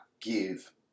give